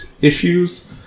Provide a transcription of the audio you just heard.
issues